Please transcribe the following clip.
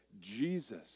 Jesus